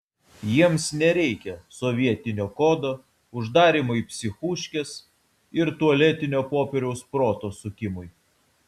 jiems nereikia sovietinio kodo uždarymo į psichuškes ir tualetinio popieriaus proto sukimui